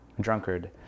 drunkard